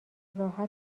راحت